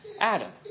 Adam